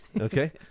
Okay